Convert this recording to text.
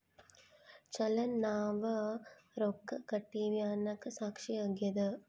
ಚಲನ್ ನಾವ್ ರೊಕ್ಕ ಕಟ್ಟಿವಿ ಅನ್ನಕ ಸಾಕ್ಷಿ ಆಗ್ಯದ